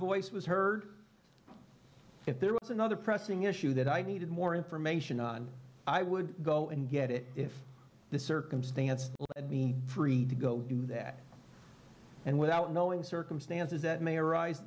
voice was heard if there was another pressing issue that i needed more information on i would go and get it if the circumstances mean to go do that and without knowing the circumstances that may arise